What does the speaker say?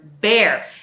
bear